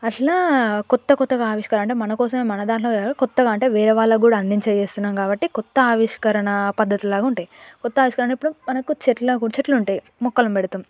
అట్లా కొత్త కొత్తగా ఆవిష్కరణ అంటే మన కోసం మన దాంట్లో కాదు కొత్తగా అంటే వేరే వాళ్ళకు కూడా అందించడం చేస్తున్నాం కాబట్టి కొత్త ఆవిష్కరణ పద్ధతులు లాగా ఉంటాయి కొత్త ఆవిష్కరణ ఇప్పుడు మనకు చెట్ల ఇపుడు చెట్లుంటాయి మొక్కలను పెడతాం